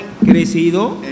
crecido